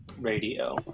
radio